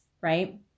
right